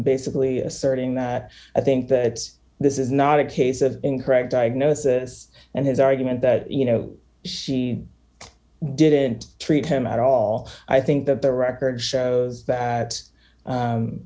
basically asserting that i think that this is not a case of incorrect diagnosis and his argument that you know she didn't treat him at all i think that the record shows that